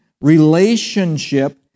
relationship